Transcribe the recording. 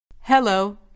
Hello